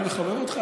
אני מחבב אותך,